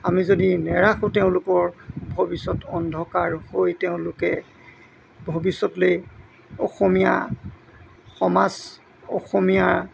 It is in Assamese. আমি যদি নাৰাখো তেওঁলোকৰ ভৱিষ্যত অন্ধকাৰ হৈ তেওঁলোকে ভৱিষ্যতলৈ অসমীয়া সমাজ অসমীয়া